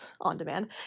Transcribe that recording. on-demand